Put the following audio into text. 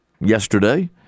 yesterday